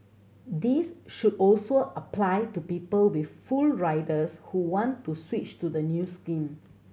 this should also apply to people with full riders who want to switch to the new scheme